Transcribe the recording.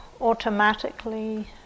automatically